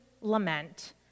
lament